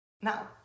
now